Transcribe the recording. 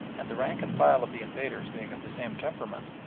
and the rank and file of the invaders being of the same temperament,